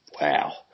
wow